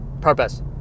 purpose